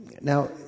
now